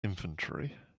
inventory